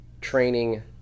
training